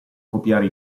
copiare